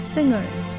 Singers